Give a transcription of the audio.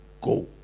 go